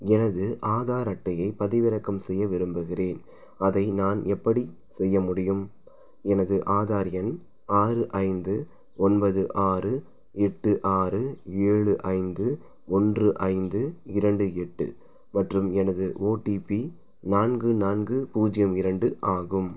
எனது ஆதார் அட்டையை பதிவிறக்கம் செய்ய விரும்புகிறேன் அதை நான் எப்படி செய்ய முடியும் எனது ஆதார் எண் ஆறு ஐந்து ஒன்பது ஆறு எட்டு ஆறு ஏழு ஐந்து ஒன்று ஐந்து இரண்டு எட்டு மற்றும் எனது ஓடிபி நான்கு நான்கு பூஜ்யம் இரண்டு ஆகும்